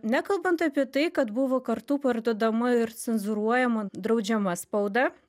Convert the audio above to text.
nekalbant apie tai kad buvo kartu parduodama ir cenzūruojama draudžiama spauda